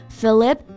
Philip